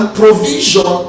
provision